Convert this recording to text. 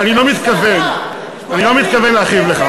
אני רק אקרא, חבר